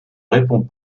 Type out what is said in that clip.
répond